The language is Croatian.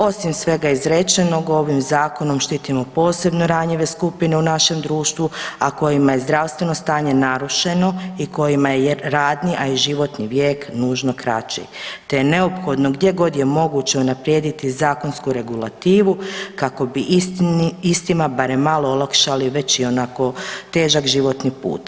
Osim svega izrečenog ovim zakonom štitimo posebno ranjive skupine u našem društvu, a kojima je zdravstveno stanje narušeno i kojima je radni, a i životni vijek nužno kraći, te je neophodno gdje god je moguće unaprijediti zakonsku regulativu kako bi istima barem malo olakšali već ionako težak životni put.